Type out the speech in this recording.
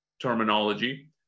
terminology